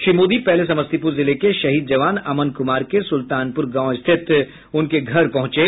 श्री मोदी पहले समस्तीपुर जिले के शहीद जवान अमन कुमार के सुलतानपुर गांव स्थित उनके घर पहुंचे